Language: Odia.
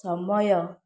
ସମୟ